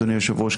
אדוני היושב-ראש,